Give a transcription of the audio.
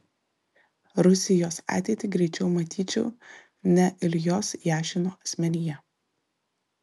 rusijos ateitį greičiau matyčiau ne iljos jašino asmenyje